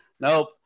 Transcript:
Nope